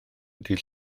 ddydd